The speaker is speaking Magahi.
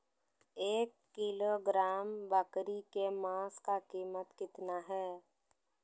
एक किलोग्राम बकरी के मांस का कीमत कितना है?